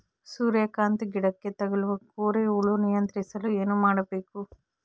ಸೂರ್ಯಕಾಂತಿ ಗಿಡಕ್ಕೆ ತಗುಲುವ ಕೋರಿ ಹುಳು ನಿಯಂತ್ರಿಸಲು ಏನು ಮಾಡಬೇಕು?